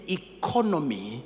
economy